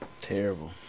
Terrible